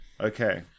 Okay